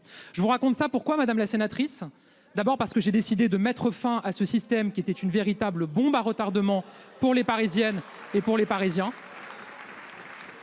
Je vous raconte cela, madame la sénatrice, d'abord parce que j'ai décidé de mettre fin à ce système, qui était une véritable bombe à retardement pour les Parisiennes et pour les Parisiens,